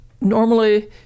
Normally